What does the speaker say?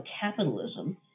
capitalism